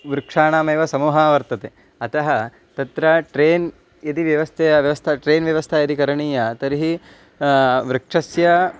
वृक्षाणामेव समूहः वर्तते अतः तत्र ट्रेन् यदि व्यवस्थया व्यवस्था टैन् व्यवस्था यदि करणीया तर्हि वृक्षस्य